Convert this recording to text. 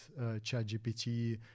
ChatGPT